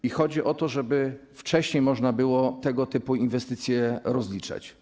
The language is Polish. I chodzi o to, żeby wcześniej można było tego typu inwestycje rozliczać.